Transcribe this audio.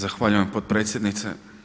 Zahvaljujem potpredsjednice.